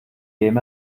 dem